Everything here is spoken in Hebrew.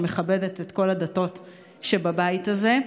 שמכבדת את כל הדתות שבבית הזה.